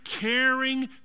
caring